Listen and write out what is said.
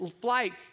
flight